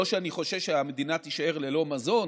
לא שאני חושב שהמדינה תישאר ללא מזון,